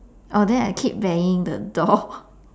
oh then I keep banging the door